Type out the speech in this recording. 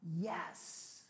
yes